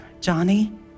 Johnny